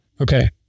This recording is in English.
Okay